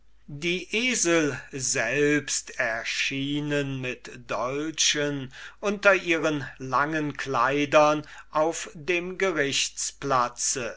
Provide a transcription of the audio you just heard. die esel selbst erschienen mit dolchen unter ihren langen kleidern auf dem gerichtsplatz